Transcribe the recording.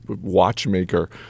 watchmaker